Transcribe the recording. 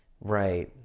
Right